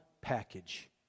package